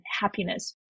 happiness